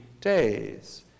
days